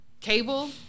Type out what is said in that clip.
cable